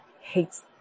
hates